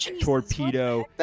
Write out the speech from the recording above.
torpedo